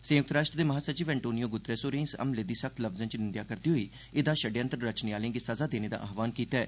संयुक्त राष्ट्र दे महासचिव एन्टोनियो गुतरस होरें इस हमले दी सख्त लफ्ज़ें च निंदेआ करदे होई एह्दा शडयंत्र रचने आहलें गी सजा देने दा आहवान कीता ऐ